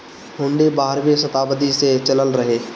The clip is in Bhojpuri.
हुन्डी बारहवीं सताब्दी से चलल रहे